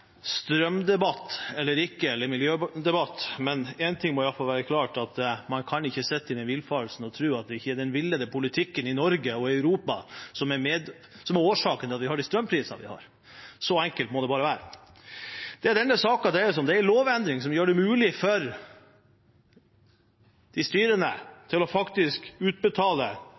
strømdebatt eller i en miljødebatt, men én ting må iallfall være klart: Man kan ikke sitte i den villfarelse og tro at det ikke er den villede politikken i Norge og i Europa som er årsaken at vi har de strømprisene vi har. Så enkelt må det bare være. Det denne saken dreier seg om, er en lovendring som gjør det mulig for de styrende å utbetale en kontantstønad. Det har vært vikarierende forklaringer fra regjeringspartiene og SV på hvorfor man ikke ønsker å